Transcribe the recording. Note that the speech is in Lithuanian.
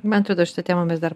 man atrodo šitą temą mes dar